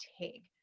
take